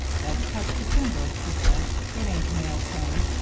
don't touch the timbers, he said. it ain't a mail train.